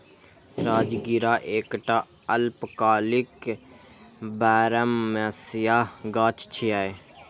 राजगिरा एकटा अल्पकालिक बरमसिया गाछ छियै